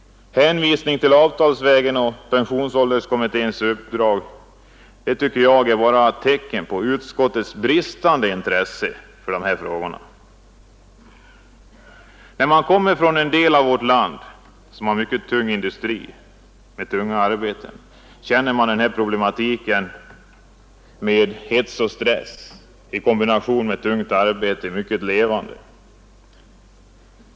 Hänvisningen till avtalsvägen och pensionsålderskommitténs uppdrag är, tycker jag, bara tecken på utskottets bristande intresse för dessa frågor. När man kommer från en del av vårt land som har mycket tung industri med hårda arbeten, känner man problematiken med hets och stress i kombination med tungt arbete mycket levande.